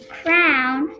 crown